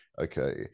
okay